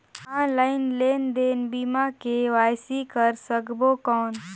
Online लेनदेन बिना KYC कर सकबो कौन??